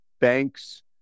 banks